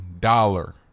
dollar